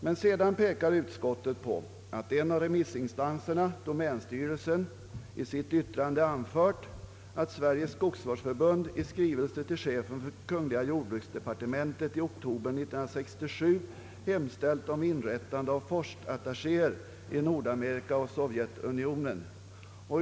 Men sedan pekar utskottet på att en av remissinstanserna, domänstyrelsen, i sitt yttrande anfört att Sveriges skogsvårdsförbund i skrivelse till chefen för kungl. jordbruksdepartementet i oktober 1967 hemställt om tillsättande av forstattachéer i Nordamerika och Sovjetunionen.